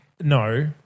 No